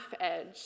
edge